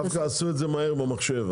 דווקא עשו את זה מהר במחשב.